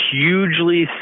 hugely